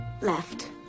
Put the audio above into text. Left